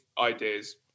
ideas